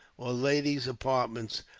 or ladies' apartments,